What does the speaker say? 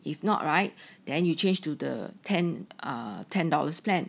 if not right then you change to the ten uh ten dollars plan